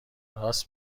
راست